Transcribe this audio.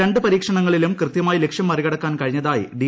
രണ്ട് പരീക്ഷണങ്ങളിലും കൃത്യമായി ലക്ഷ്യം മറികടക്കാൻ കഴിഞ്ഞതായി ഡി